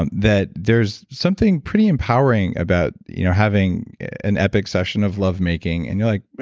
um that there's something pretty empowering about you know having an epic session of lovemaking and you're like,